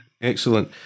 Excellent